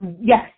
yes